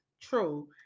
true